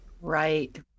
Right